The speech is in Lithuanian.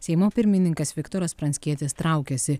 seimo pirmininkas viktoras pranckietis traukiasi